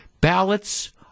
Ballots